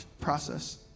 process